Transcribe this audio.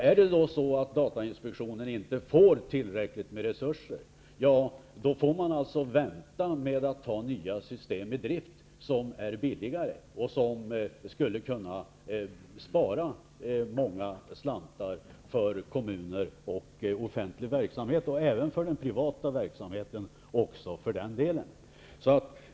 Om datainspektionen inte får tillräckligt med resurser får den vänta med att ta nya system i drift som är billigare och som skulle kunna spara många slantar för kommuner och annan offentlig verksamhet, och även för privat verksamhet för den delen.